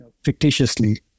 fictitiously